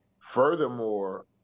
furthermore